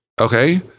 Okay